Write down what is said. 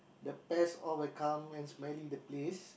the pest all will come and smelly the place